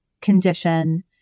condition